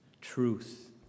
truth